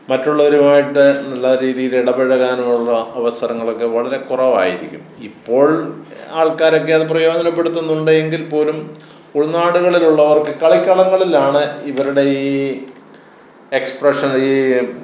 മറ്റുള്ളവരുമായിട്ട് നല്ല രീതിയിലിടപഴകാനുമുള്ള അവസരങ്ങളൊക്കെ വളരെ കുറവായിരിക്കും ഇപ്പോൾ ആൾക്കാരൊക്കെ അത് പ്രയോജനപ്പെടുത്തുന്നുണ്ട് എങ്കിൽ പോലും ഉൾനാടുകളിലുള്ളവർക്ക് കളിക്കളങ്ങളിലാണ് ഇവരുടെ ഈ എക്സപ്രഷൻ ഈ